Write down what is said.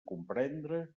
comprendre